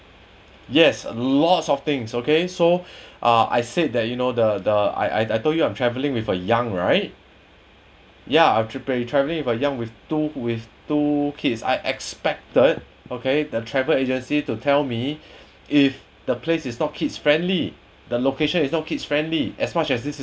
yes a lot of things okay so uh I said that you know the the I I I told you I'm traveling with a young right ya I'll be traveling with young with two with two kids I expected okay the travel agency to tell me if the place is not kids friendly the location is no kids friendly as much as this